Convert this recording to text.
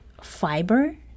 fiber